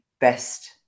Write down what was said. best